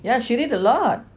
yeah she did a lot